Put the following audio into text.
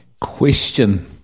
Question